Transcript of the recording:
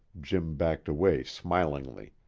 jim backed away smilingly.